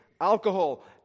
alcohol